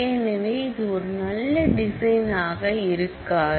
எனவே இது ஒரு நல்ல டிசைனாக இருக்காது